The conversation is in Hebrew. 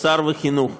האוצר והחינוך.